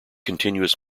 continuous